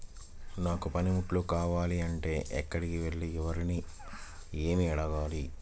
నాకు పనిముట్లు కావాలి అంటే ఎక్కడికి వెళ్లి ఎవరిని ఏమి అడగాలి?